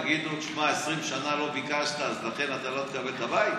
יגידו: 20 שנה לא ביקשת לכן אתה לא תקבל את הבית?